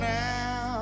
now